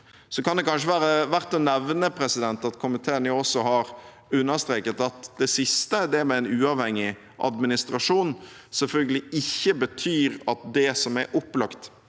også være verdt å nevne at komiteen har understreket at det siste, det med en uavhengig administrasjon, betyr at det som i dag opplagt